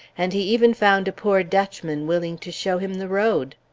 and he even found a poor dutchman willing to show him the road!